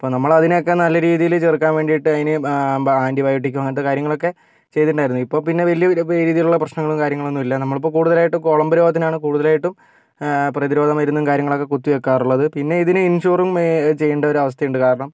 ഇപ്പം നമ്മൾ അതിനെയൊക്കെ നല്ലരീതിയിൽ ചെറുക്കാൻ വേണ്ടിയിട്ട് അതിന് മ്പ ആന്റി ബയോട്ടിക്കും അങ്ങനത്തെ കാര്യങ്ങളൊക്കെ ചെയ്തിട്ടുണ്ടായിരുന്നു ഇപ്പോൾ പിന്നെ വലിയ രീതിയിലുള്ള പ്രശ്നങ്ങളും കാര്യങ്ങളൊന്നും ഇല്ല നമ്മൾ ഇപ്പം കൂടുതലായിട്ട് കൊളമ്പ് രോഗത്തിനാണ് കൂടുതലായിട്ടും പ്രതിരോധ മരുന്നും കാര്യങ്ങളൊക്കെ കുത്തിവെക്കാറുള്ളത് പിന്നെ ഇതിനെ ഇൻഷുറും ചെയ്യേണ്ട ഒരു അവസ്ഥയുണ്ട് കാരണം